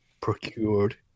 procured